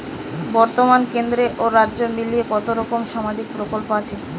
বতর্মানে কেন্দ্র ও রাজ্য মিলিয়ে কতরকম সামাজিক প্রকল্প আছে?